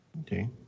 Okay